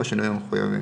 בשינויים המחויבים.